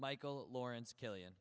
michael lawrence kill